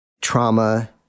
trauma